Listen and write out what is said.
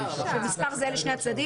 מספר זהה לשני הצדדים?